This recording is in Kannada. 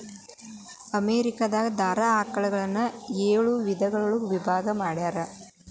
ಅಮೇರಿಕಾ ದಾರ ಆಕಳುಗಳನ್ನ ಏಳ ವಿಧದೊಳಗ ವಿಭಾಗಾ ಮಾಡ್ಯಾರ